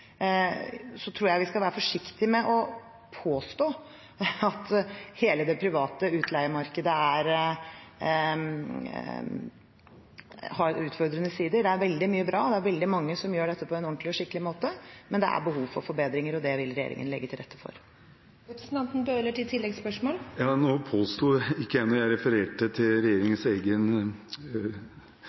Så tror jeg vi skal være forsiktig med å påstå at hele det private utleiemarkedet har utfordrende sider. Det er veldig mye bra, og det er veldig mange som gjør dette på en ordentlig og skikkelig måte, men det er behov for forbedringer, og det vil regjeringen legge til rette for. Nå påsto ikke jeg det, da jeg refererte til regjeringens egen